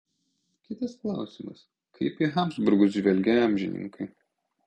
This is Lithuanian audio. kitas klausimas kaip į habsburgus žvelgė amžininkai